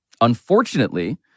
Unfortunately